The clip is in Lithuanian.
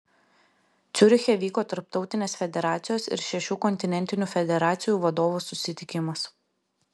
ciuriche vyko tarptautinės federacijos ir šešių kontinentinių federacijų vadovų susitikimas